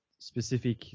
Specific